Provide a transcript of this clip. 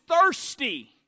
thirsty